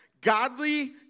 Godly